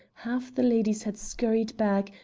half the ladies had scurried back,